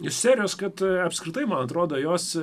iš serijos kad apskritai man atrodo jos